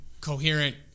coherent